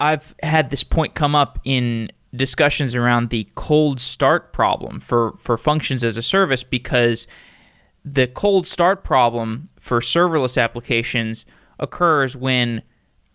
i've had this point come up in discussions around the cold start problem for for functions as a service, because the cold start problem for serverless applications occurs when